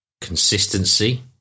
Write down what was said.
consistency